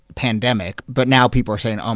pre-pandemic, but now people are saying, oh,